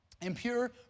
impure